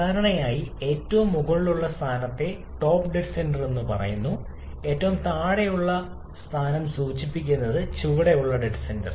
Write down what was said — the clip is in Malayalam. സാധാരണയായി ഏറ്റവും മുകളിലുള്ള സ്ഥാനത്തെ ടോപ്പ് ഡെഡ് സെന്റർ എന്നും ഏറ്റവും താഴെയുള്ള സ്ഥാനം സൂചിപ്പിക്കുന്നത് ചുവടെയുള്ള ഡെഡ് സെന്റർ